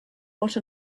what